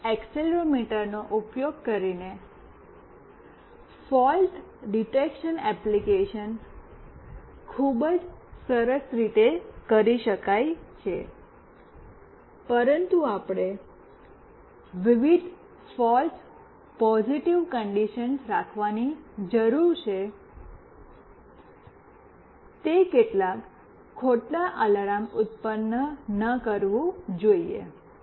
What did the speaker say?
આ એક્સેલરોમીટરનો ઉપયોગ કરીને આ ફોલ્ટ ડિટેકશન એપ્લિકેશન ખૂબ જ સરસ રીતે કરી શકાય છે પરંતુ આપણે વિવિધ ફોલ્સ પોઝિટિવ કન્ડિશન્સ રાખવાની જરૂર છે તે કેટલાક ખોટા અલાર્મ ઉત્પન્ન ન કરવું જોઈએ